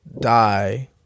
die